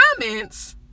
comments